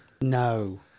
No